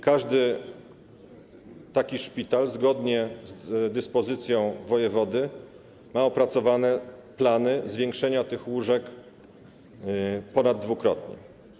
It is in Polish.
Każdy taki szpital zgodnie z dyspozycją wojewody ma opracowane plany zwiększenia liczby tych łóżek ponaddwukrotnie.